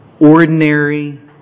ordinary